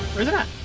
where is it at?